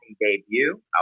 debut